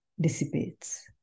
dissipates